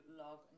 log